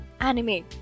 anime